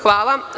Hvala.